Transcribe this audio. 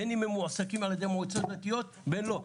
בין אם הם מועסקים על-ידי המועצות הדתיות, בין לא.